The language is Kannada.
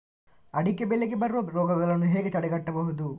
ಅಡಿಕೆ ಬೆಳೆಗೆ ಬರುವ ರೋಗಗಳನ್ನು ಹೇಗೆ ತಡೆಗಟ್ಟಬಹುದು?